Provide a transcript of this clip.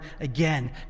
again